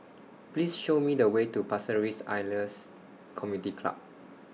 Please Show Me The Way to Pasir Ris Elias Community Club